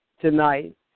tonight